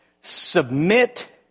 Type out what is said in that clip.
submit